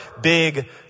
big